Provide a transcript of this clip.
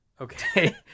Okay